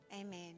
Amen